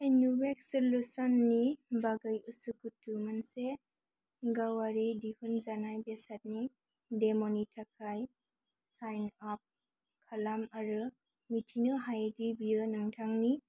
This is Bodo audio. इन्नोवेटएक्स सल्युशन्सनि बागै उसुखुथु मोनसे गावारि दिहुनजानाय बेसादनि डेम'नि थाखाय साइन आप खालाम आरो मिथिनो हायोदि बेयो नोंथांनि